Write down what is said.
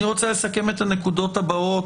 אני רוצה לסכם את הנקודות הבאות,